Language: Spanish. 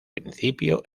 principio